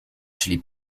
czyli